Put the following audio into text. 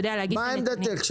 מה עמדתך?